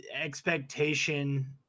expectation